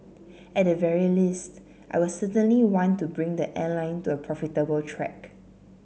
at the very least I will certainly want to bring the airline to a profitable track